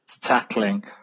tackling